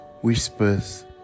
whispers